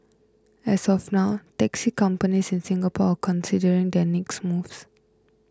as of now taxi companies in Singapore considering their next moves